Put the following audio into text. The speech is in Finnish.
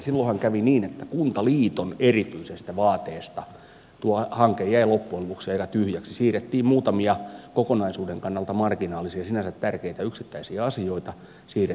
silloinhan kävi niin että kuntaliiton erityisestä vaateesta tuo hanke jäi loppujen lopuksi heillä tyhjäksi siirrettiin muutamia kokonaisuuden kannalta marginaalisia sinänsä tärkeitä yksittäisiä asioita kunnilta valtiolle